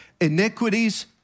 Iniquities